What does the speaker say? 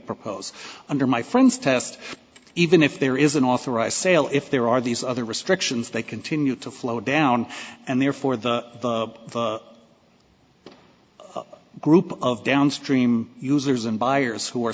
propose under my friends test even if there is an authorized sale if there are these other restrictions they continue to flow down and therefore the group of downstream users and buyers who are